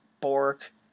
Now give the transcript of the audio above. Bork